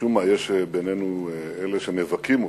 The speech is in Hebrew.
שמשום מה יש בינינו אלה שמבכים אותו,